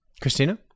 Christina